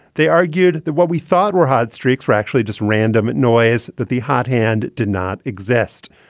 they argued that what we thought were hot streak for actually just random noise, that the hot hand did not exist.